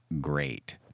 great